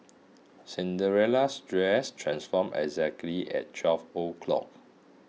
Cinderella's dress transformed exactly at twelve o'clock